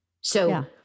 So-